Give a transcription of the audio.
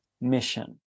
mission